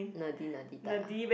nerdy nerdy type ah